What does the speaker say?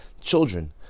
children